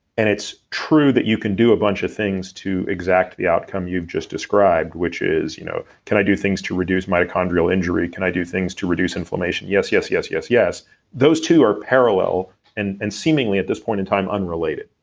and it's true that you can do a bunch of things to exact the outcome you've just described, which is, you know can i do things to reduce mitochondrial injury? can i do things to reduce inflammation? yes, yes, yes, yes, yes those two are parallel and and seemingly at this point in time unrelated.